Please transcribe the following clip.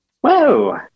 whoa